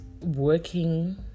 working